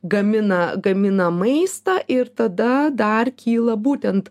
gamina gamina maistą ir tada dar kyla būtent